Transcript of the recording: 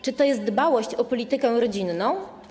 Czy to jest dbałość o politykę rodzinną?